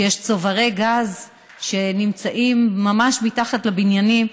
שיש צוברי גז שנמצאים ממש מתחת לבניינים,